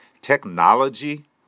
Technology